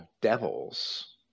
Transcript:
devils